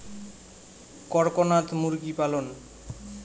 করকনাথ মুরগি পালন?